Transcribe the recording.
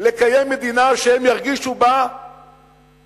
לקיים מדינה שהם ירגישו בה חופשיים,